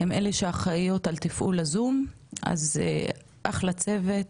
הן אלה שאחראיות על תפעול הזום, אז אחלה צוות